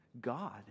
God